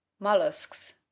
mollusks